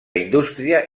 indústria